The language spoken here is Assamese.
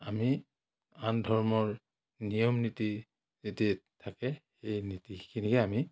আমি আন ধৰ্মৰ নিয়ম নীতি নীতি থাকে সেই নীতিখিনিহে আমি